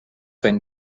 sain